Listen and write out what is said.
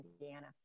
Indiana